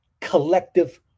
collective